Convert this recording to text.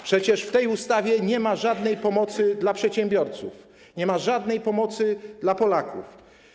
Przecież w tej ustawie nie ma mowy o żadnej pomocy dla przedsiębiorców, o żadnej pomocy dla Polaków.